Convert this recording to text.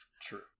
True